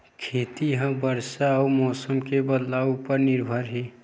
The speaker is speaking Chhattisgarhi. खेती हा बरसा अउ मौसम के बदलाव उपर निर्भर हे